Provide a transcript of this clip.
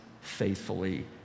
faithfully